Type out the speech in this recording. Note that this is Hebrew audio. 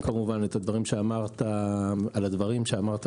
כמובן שאנחנו מברכים על הדברים שאמרת